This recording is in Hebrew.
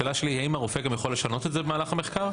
השאלה שלי היא האם הרופא גם יכול לשנות את זה במהלך המחקר?